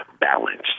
balanced